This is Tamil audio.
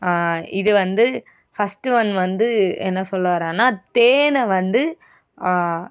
இது வந்து ஃபஸ்ட்டு ஒன் வந்து என்ன சொல்ல வரேன்னா தேனை வந்து